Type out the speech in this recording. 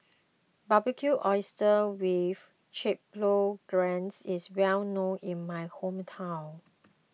Barbecued Oysters with Chipotle Glaze is well known in my hometown